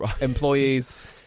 employees